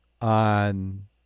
on